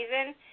season